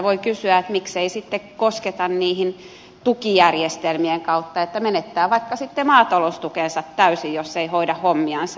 voi kysyä miksei sitten kosketa niihin tukijärjestelmien kautta että menettää vaikka sitten maataloustukensa täysin jos ei hoida hommiansa